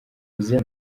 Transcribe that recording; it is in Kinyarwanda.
kuziha